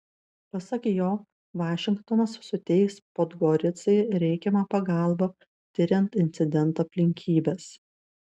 pasak jo vašingtonas suteiks podgoricai reikiamą pagalbą tiriant incidento aplinkybes